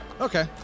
Okay